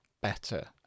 better